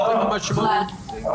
לא.